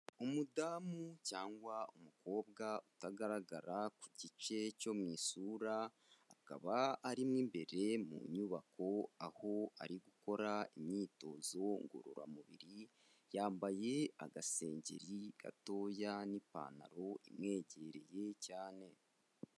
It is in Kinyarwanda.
Umudamu cyangwa umukobwa utagaragara ku gice cyo mu isura, akaba arimo imbere mu nyubako aho ari gukora imyitozo ngororamubiri, yambaye agasengeri gatoya n'ipantaro imwegereye cyane.